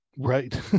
Right